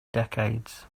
decades